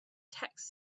text